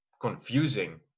confusing